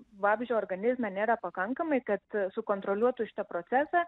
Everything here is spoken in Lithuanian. vabzdžio organizme nėra pakankamai kad sukontroliuotų šitą procesą